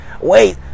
wait